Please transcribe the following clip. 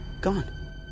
gone